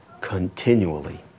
continually